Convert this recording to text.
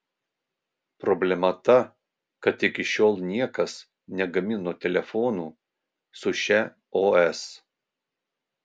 problema ta kad iki šiol niekas negamino telefonų su šia os